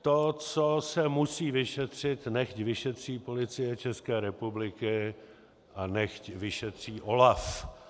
To, co se musí vyšetřit, nechť vyšetří Policie České republiky a nechť vyšetří OLAF.